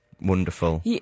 wonderful